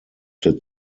der